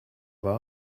war